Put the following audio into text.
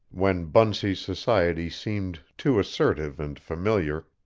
when bunsey's society seemed too assertive and familiar,